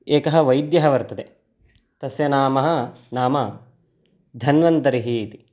एकः वैद्यः वर्तते तस्य नाम नाम धन्वन्तरिः इति